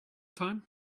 time